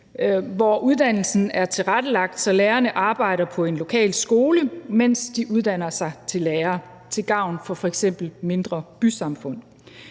hvor uddannelsen er tilrettelagt, så lærerne arbejder på en lokal skole, mens de uddanner sig til lærer, til gavn for f.eks. mindre bysamfund.